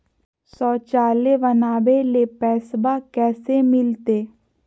शौचालय बनावे ले पैसबा कैसे मिलते?